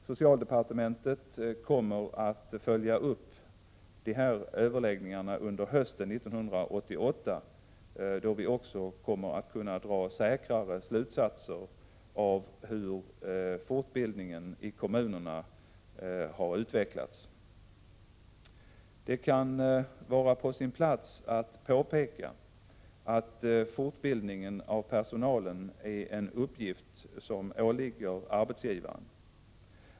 Socialdepartementet kommer att följa upp de här överläggningarna under hösten 1988, då vi också kommer att kunna dra säkrare slutsatser av hur fortbildningen i kommunerna har utvecklats. Det kan vara på sin plats att påpeka att fortbildningen av personalen är en uppgift som åligger arbetsgivaren.